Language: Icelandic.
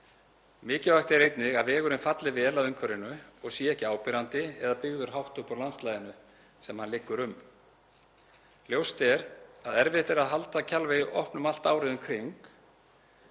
Mikilvægt er einnig að vegurinn falli vel að umhverfinu og sé ekki áberandi eða byggður hátt upp úr landslaginu sem hann liggur um. Ljóst er að erfitt er að halda Kjalvegi opnum allt árið um kring